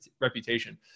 reputation